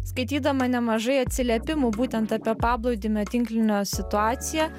skaitydama nemažai atsiliepimų būtent apie paplūdimio tinklinio situaciją